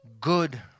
good